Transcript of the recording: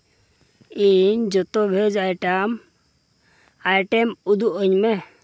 ᱤᱧ ᱡᱚᱛᱚ ᱵᱷᱮᱡᱽ ᱟᱭᱴᱮᱢ ᱟᱭᱴᱮᱢ ᱩᱫᱩᱜ ᱟᱹᱧ ᱢᱮ